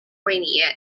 rainier